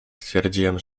stwierdziłem